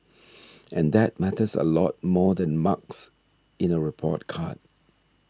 and that matters a lot more than marks in a report card